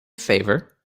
favor